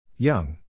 Young